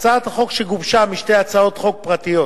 הצעת חוק שגובשה משתי הצעות חוק פרטיות